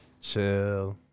Chill